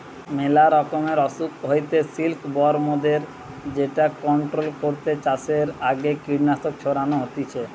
মেলা রকমের অসুখ হইতে সিল্কবরমদের যেটা কন্ট্রোল করতে চাষের আগে কীটনাশক ছড়ানো হতিছে